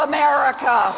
America